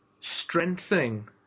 strengthening